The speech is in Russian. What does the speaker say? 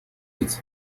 лиц